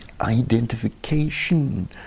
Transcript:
identification